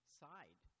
side